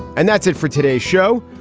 and that's it for today's show.